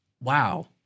Wow